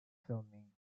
filming